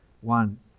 one